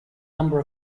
number